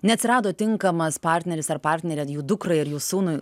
neatsirado tinkamas partneris ar partnerė jų dukrai ar jų sūnui